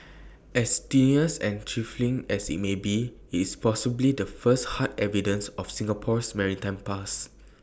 as tenuous and trifling as IT may be it's possibly the first hard evidence of Singapore's maritime past